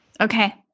Okay